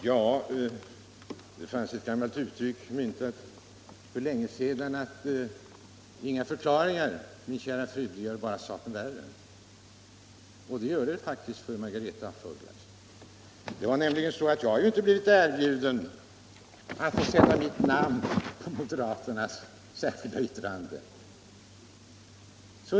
Herr talman! Jag skulle vilja travestera ett gammalt uttryck: Inga förklaringar, min kära fru, det gör bara saken värre! Ja, det gör det faktiskt, fru Margaretha af Ugglas! Jag har inte fått något erbjudande att sätta mitt namn på moderaternas särskilda yttrande.